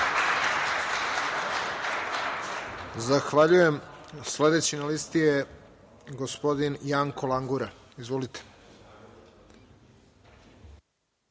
Zahvaljujem. Sledeći na listi je gospodin Janko Langura. Izvolite.